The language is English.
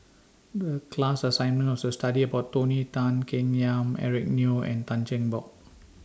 The class assignment was to study about Tony Tan Keng Yam Eric Neo and Tan Cheng Bock